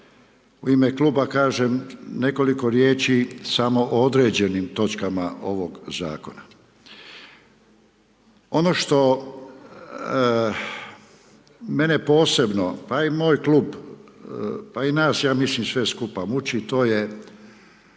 u ime kluba kažem nekoliko riječi samo o određenim točkama ovog zakona. Ono što mene posebno pa i moj klub, pa i nas sve skupa muči, to je